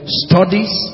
studies